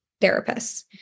therapists